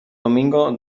domingo